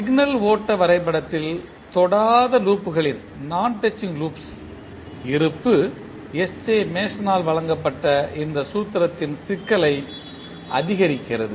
signal ஓட்ட வரைபடத்தில் தொடாத லூப்களின் இருப்பு எஸ் ஜே மேசனால் வழங்கப்பட்ட இந்த சூத்திரத்தின் சிக்கலை அதிகரிக்கிறது